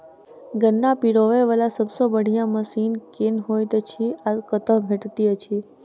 गन्ना पिरोबै वला सबसँ बढ़िया मशीन केँ होइत अछि आ कतह भेटति अछि?